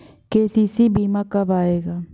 KCC बीमा कब आएगा?